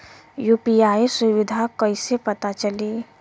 UPI सुबिधा कइसे पता चली?